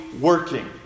working